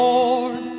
Lord